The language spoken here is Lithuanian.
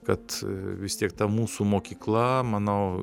kad vis tiek ta mūsų mokykla manau